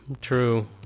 true